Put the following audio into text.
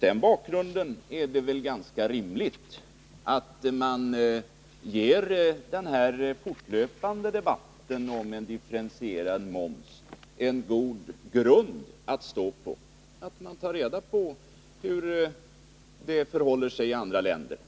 Därför är det väl ganska rimligt att man ger den här fortlöpande debatten om en differentierad moms en god grund att stå på, att man tar reda på hur det förhåller sig i andra länder.